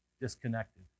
disconnected